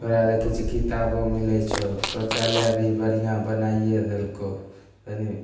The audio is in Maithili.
तोरा आरके देखै छी किताबो मिलै छौ शौचालय भी बढ़िआँ बनाइए देलकौ